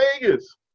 Vegas